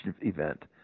event